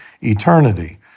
eternity